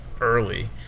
early